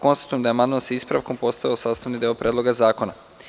Konstatujem da je amandman sa ispravkom postao sastavni deo Predloga zakona.